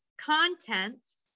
contents